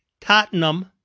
Tottenham